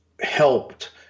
helped